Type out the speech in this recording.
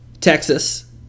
Texas